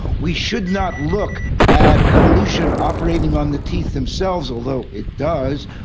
we should not look at evolution operating on the teeth themselves, although it does,